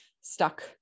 stuck